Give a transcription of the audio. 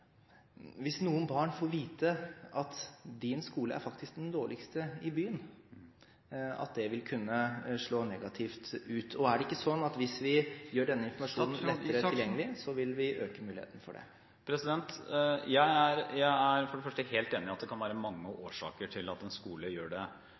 hvis noen barn får vite at skolen deres faktisk er den dårligste i byen? Er det ikke slik at hvis vi gjør denne informasjonen lettere tilgjengelig, vil vi øke muligheten for det? Jeg er helt enig i at det kan være mange